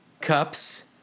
cups